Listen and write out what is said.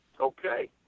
Okay